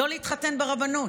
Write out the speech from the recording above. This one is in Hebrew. לא להתחתן ברבנות.